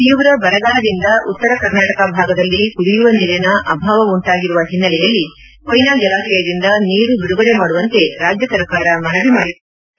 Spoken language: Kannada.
ತೀವ್ರ ಬರಗಾಲದಿಂದ ಉತ್ತರ ಕರ್ನಾಟಕ ಭಾಗದಲ್ಲಿ ಕುಡಿಯುವ ನೀರಿನ ಅಭಾವ ಉಂಟಾಗಿರುವ ಹಿನ್ನೆಲೆಯಲ್ಲಿ ಕೊಯ್ನಾ ಜಲಾಶಯದಿಂದ ನೀರು ಬಿಡುಗಡೆ ಮಾಡುವಂತೆ ರಾಜ್ಯ ಸರ್ಕಾರ ಮನವಿ ಮಾಡಿಕೊಂಡಿತ್ತು